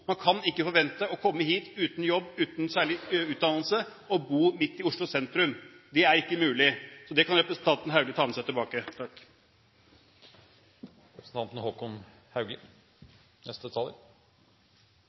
Man kan ikke forvente å komme hit uten jobb, uten særlig utdannelse og bo midt i Oslo sentrum. Det er ikke mulig, og det kan representanten Haugli ta med seg tilbake. Jeg tror jeg nøyer meg med å minne representanten